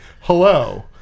Hello